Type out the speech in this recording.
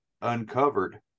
uncovered